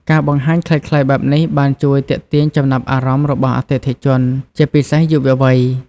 ការបង្ហាញខ្លីៗបែបនេះបានជួយទាក់ទាញចំណាប់អារម្មណ៍របស់អតិថិជនជាពិសេសយុវវ័យ។